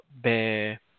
Bear